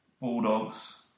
Bulldogs